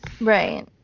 Right